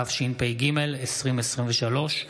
התשפ"ג 2023,